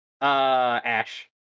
Ash